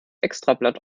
extrablatt